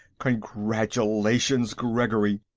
congratulations, gregory!